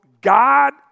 God